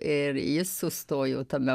ir jis sustojo tame